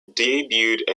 debuted